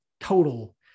total